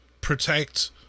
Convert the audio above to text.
protect